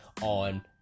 on